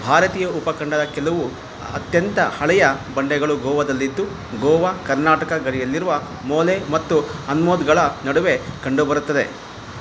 ಭಾರತೀಯ ಉಪಖಂಡದ ಕೆಲವು ಅತ್ಯಂತ ಹಳೆಯ ಬಂಡೆಗಳು ಗೋವಾದಲ್ಲಿದ್ದು ಗೋವಾ ಕರ್ನಾಟಕ ಗಡಿಯಲ್ಲಿರುವ ಮೋಲೆ ಮತ್ತು ಅನ್ಮೋದ್ಗಳ ನಡುವೆ ಕಂಡುಬರುತ್ತದೆ